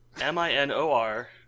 M-I-N-O-R